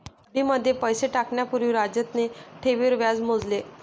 FD मध्ये पैसे टाकण्या पूर्वी राजतने ठेवींवर व्याज मोजले